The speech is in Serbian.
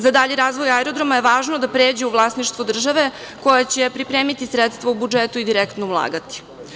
Za dalji razvoj aerodroma je važno da pređe u vlasništvo države, koja će pripremiti sredstva u budžetu i direktno ulagati.